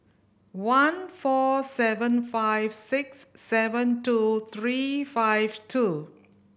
one four seven five six seven two three five two